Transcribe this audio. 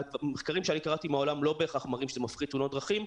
מחקרים שאני קראתי מהעולם לא בהכרח מראים שזה מפחית תאונות דרכים,